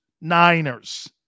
Niners